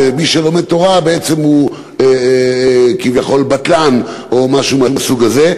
מי שלומד תורה בעצם הוא כביכול בטלן או משהו מהסוג הזה,